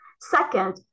Second